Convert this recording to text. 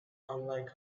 unlike